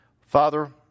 Father